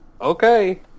Okay